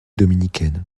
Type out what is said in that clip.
dominicaine